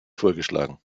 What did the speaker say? vorgeschlagen